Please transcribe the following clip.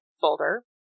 folder